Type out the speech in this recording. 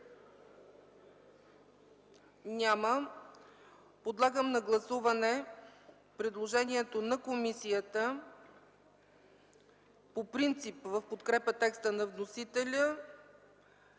прието. Подлагам на гласуване предложението на комисията в подкрепа текста на вносителя